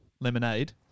Lemonade